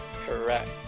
Correct